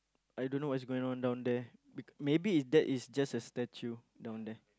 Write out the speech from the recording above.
I don't know what's going on down there be maybe that is just a statue down there